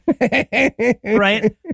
Right